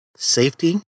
Safety